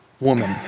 woman